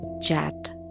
chat